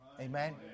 Amen